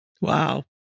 Wow